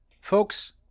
Folks